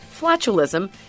flatulism